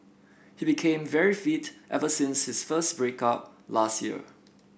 he became very fit ever since his first break up last year